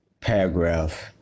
paragraph